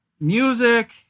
music